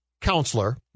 counselor